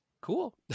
Cool